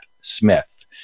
Smith